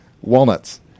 Walnuts